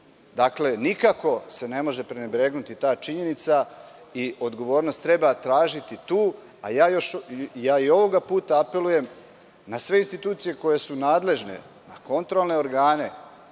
rokove? Nikako se ne može prenebregnuti ta činjenica i odgovornost treba tražiti tu. I ovoga puta apelujem na sve institucije koje su nadležne, na kontrolne organe